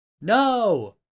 No